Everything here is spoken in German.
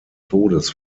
todes